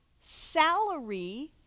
salary